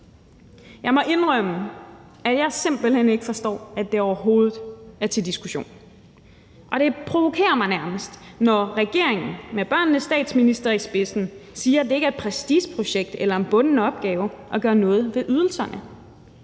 Jeg må indrømme, at jeg simpelt hen ikke forstår, at det overhovedet er til diskussion, og det provokerer mig nærmest, når regeringen med børnenes statsminister i spidsen siger, at det ikke er et prestigeprojekt eller en bunden opgave at gøre noget ved ydelserne.